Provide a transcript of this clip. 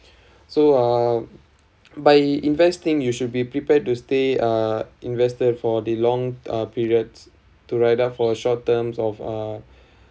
so uh by investing you should be prepared to stay uh invested for the long uh periods to write up for short terms of uh